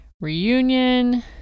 reunion